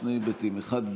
בשני היבטים: האחד,